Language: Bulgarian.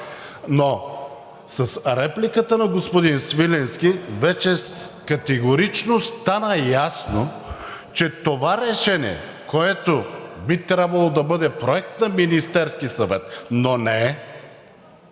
Но с репликата на господин Свиленски вече категорично стана ясно, че това решение, което би трябвало да бъде проект на Министерския съвет, но не е,